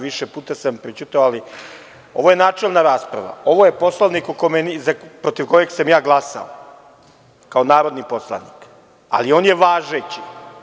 Više puta sam prećutao, ali, ovo je načelna rasprava, ovo je Poslovnik protiv kojeg sam ja glasao kao narodni poslanik, ali on je važeći.